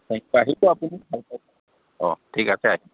আহিব আপুনি ভাল পাব অঁ ঠিক আছে